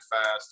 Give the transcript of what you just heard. fast